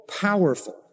powerful